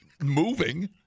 moving